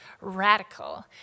radical